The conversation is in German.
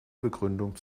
begründung